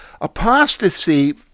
apostasy